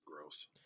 gross